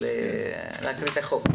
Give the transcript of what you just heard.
להצביע.